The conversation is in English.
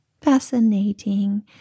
Fascinating